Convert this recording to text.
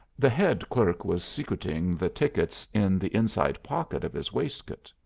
the head clerk was secreting the tickets in the inside pocket of his waistcoat.